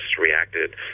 reacted